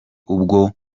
ubwo